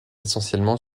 essentiellement